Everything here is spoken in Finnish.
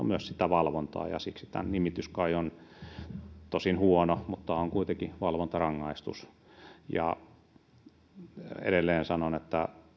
myös kaivataan sitä valvontaa ja siksi tämän nimitys tosin huono kai on valvontarangaistus edelleen sanon että